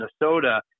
Minnesota